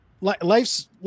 life's